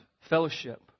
fellowship